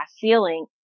ceiling